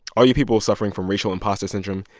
all you people suffering from racial impostor syndrome,